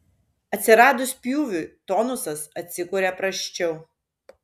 atsiradus pjūviui tonusas atsikuria prasčiau